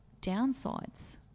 downsides